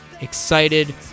excited